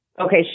okay